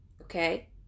Okay